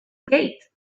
gate